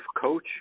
coach